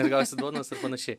gausi duonos ir panašiai